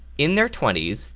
in their twenty s,